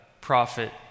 prophet